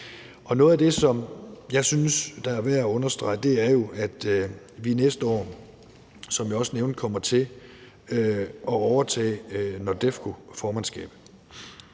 Og noget af det, som jeg synes er værd at understrege, er, at vi næste år kommer til, som jeg også nævnte, at overtage NORDEFCO-formandskabet.